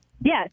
Yes